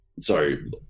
sorry